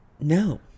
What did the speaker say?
No